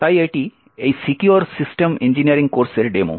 তাই এটি এই সিকিউর সিস্টেম ইঞ্জিনিয়ারিং কোর্সের ডেমো